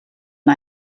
mae